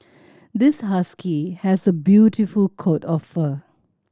this husky has a beautiful coat of fur